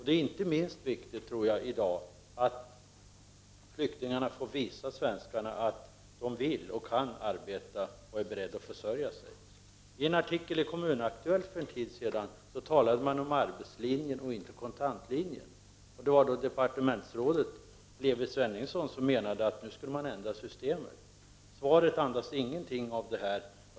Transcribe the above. Det är inte minst viktigt i dag att flyktingarna får visa svenskarna att de vill och kan arbeta och är beredda att försörja sig. I en artikel i Kommun-Aktuellt för en tid sedan talade man om arbetslin jen och inte kontantlinjen. Departementsrådet Levi Svenningsson menade att man skulle ändra systemet. Svaret andas ingenting av detta.